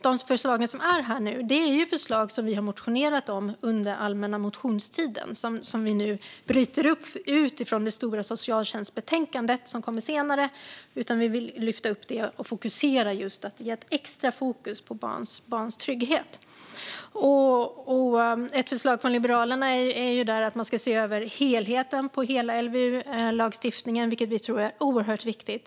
De förslag som finns här nu är sådant som vi har motionerat om under allmänna motionstiden och som vi nu bryter ut från det stora socialtjänstbetänkandet, som kommer senare. Vi vill lyfta upp förslagen och fokusera extra på barns trygghet. Ett förslag från Liberalerna är att man ska se över helheten i LVU-lagstiftningen, vilket vi tror är oerhört viktigt.